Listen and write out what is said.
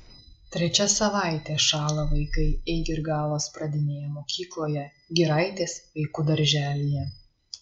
trečia savaitė šąla vaikai eigirgalos pradinėje mokykloje giraitės vaikų darželyje